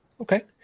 Okay